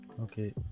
Okay